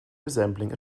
resembling